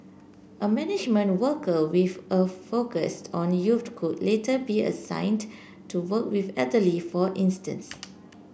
a management worker with a focus on youth could later be assigned to work with elderly for instance